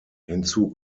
hinzu